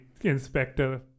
Inspector